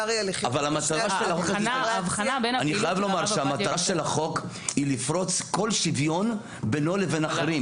אני חייב לומר שהמטרה של החוק היא לפרוץ כל שוויון בינו לבין אחרים.